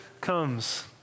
comes